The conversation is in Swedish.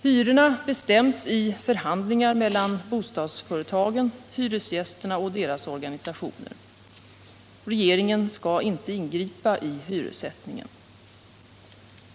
Hyrorna bestäms i förhandlingar mellan bostadsföretagen, hyresgästerna och deras organisationer. Regeringen skall inte ingripa i hyressättningen.